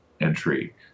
entry